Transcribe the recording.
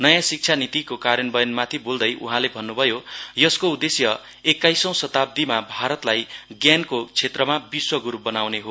नयाँ शिक्षा नीतिको कार्यान्वयनमाथि बोल्दै उहाँले भन्नुभयो यसको उद्देश्य एक्काइसौं शताब्दीमा भारतलाई ज्ञानको क्षेत्रमा विश्व गुरु बनाउने हो